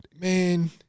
Man